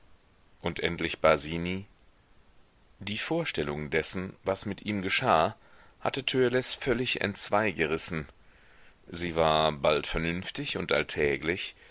und endlich basini die vorstellung dessen was mit ihm geschah hatte törleß völlig entzweigerissen sie war bald vernünftig und alltäglich